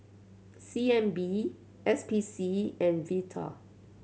C N B S P C and Vital